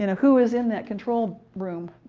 and who is in that control room,